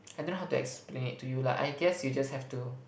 I don't know how to explain it to you lah I guess you just have to